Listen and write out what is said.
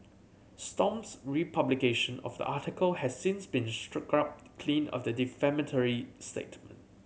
stomp's republication of the article has since been clean of the defamatory statement